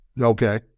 Okay